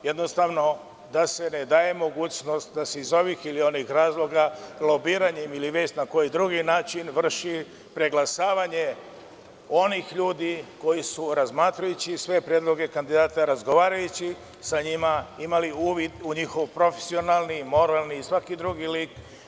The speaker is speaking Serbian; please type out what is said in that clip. Jednostavno da se ne daje mogućnost da se iz ovih ili onih razloga lobiranjem ili već na koji drugi način vrši preglasavanje onih ljudi koji su razmatrajući sve predloge kandidata, razgovarajući sa njima, imali uvid u njihov profesionalni, moralni i svaki drugi lik.